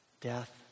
death